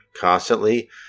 constantly